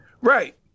Right